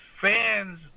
fans